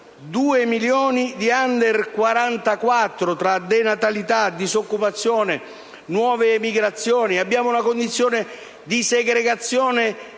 milioni di *under* 44 tra denatalità, disoccupazione, nuove emigrazioni. Abbiamo una condizione di segregazione